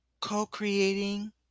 co-creating